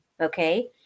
Okay